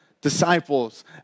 disciples